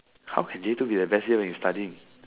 how can J-two be the best year when you're studying